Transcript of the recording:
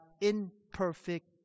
imperfect